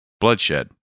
Bloodshed